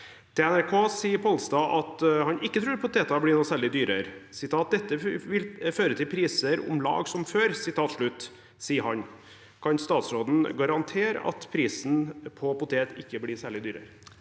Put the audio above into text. NRK sier Pollestad at han ikke tror poteter blir noe særlig dyrere: Dette vil føre til priser om lag som før. Kan statsråden garantere at prisen på potet ikke blir særlig mye dyrere?